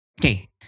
okay